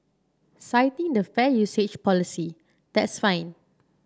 citing the fair usage policy that's fine